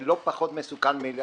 זה לא פחות מסוכן מלהפעיל